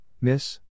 miss